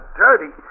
dirty